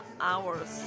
hours